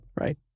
Right